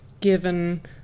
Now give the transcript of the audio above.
given